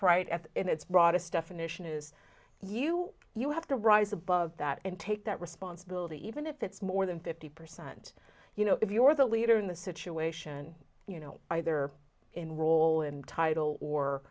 at its broadest definition is you you have to rise above that and take that responsibility even if it's more than fifty percent you know if you're the leader in the situation you know either enroll in title or